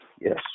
Yes